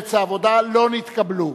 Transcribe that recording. מרצ והעבודה, לא נתקבלה.